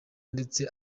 ndetse